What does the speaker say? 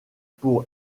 pour